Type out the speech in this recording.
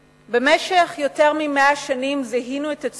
יותר מ-100 שנים זיהינו את הציונות